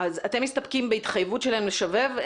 אז אתם מסתפקים בהתחייבות שלהם לשבב?